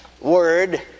word